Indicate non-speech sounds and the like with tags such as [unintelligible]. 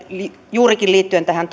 juurikin liittyen tähän [unintelligible]